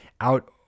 out